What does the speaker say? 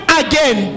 again